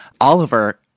Oliver